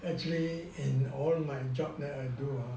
actually in all my job that I do ah